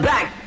Back